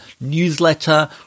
newsletter